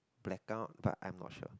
blackout but I'm not sure